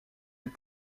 les